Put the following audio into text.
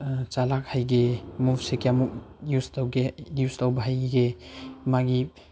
ꯆꯂꯥꯛ ꯍꯩꯒꯦ ꯃꯨꯕꯁꯦ ꯀꯌꯥꯝꯃꯨꯛ ꯌꯨꯁ ꯇꯧꯒꯦ ꯌꯨꯁ ꯇꯧꯕ ꯍꯩꯒꯦ ꯃꯥꯒꯤ